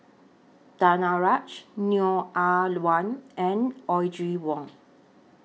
Danaraj Neo Ah Luan and Audrey Wong